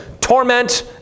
torment